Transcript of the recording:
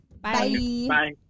Bye